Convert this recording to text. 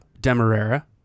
demerara